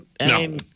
No